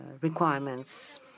requirements